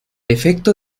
efecto